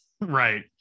Right